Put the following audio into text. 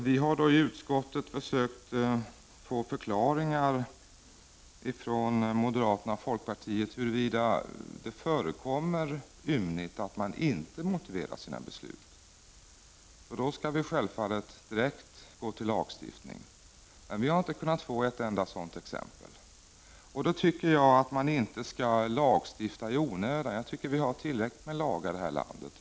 Vi har i utskottet försökt få förklaringar från moderaterna och folkpartisterna om huruvida det ymnigt förekommer att myndigheter inte motiverar sina beslut. Om de inte gör det skall vi självfallet lagstifta därom. Vi har dock inte kunnat få ett enda exempel därpå. Jag tycker inte att vi skall lagstifta i onödan; vi har redan tillräckligt många lagar i detta land.